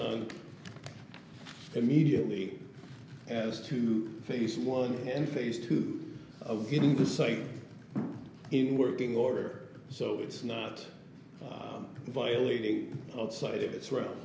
on immediately as to face one and phase two of getting the site in working order so it's not violating outside of